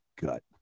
gut